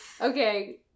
Okay